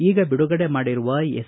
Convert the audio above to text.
ಈಗ ಬಿಡುಗಡೆ ಮಾಡಿರುವ ಎಸ್